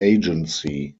agency